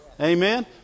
Amen